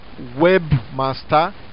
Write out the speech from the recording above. webmaster